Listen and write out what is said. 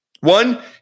one